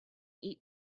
eat